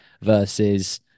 versus